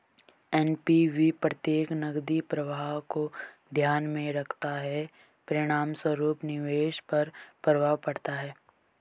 NPV प्रत्येक नकदी प्रवाह को ध्यान में रखता है, परिणामस्वरूप निवेश पर प्रभाव पड़ता है